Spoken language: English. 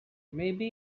maybe